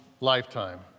lifetime